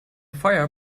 fire